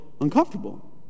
uncomfortable